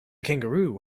kangaroo